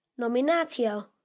Nominatio